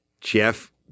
Jeff